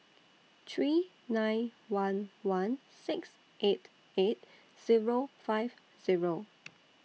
three nine one one six eight eight Zero five Zero